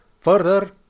Further